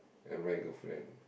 and my girlfriend